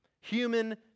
Human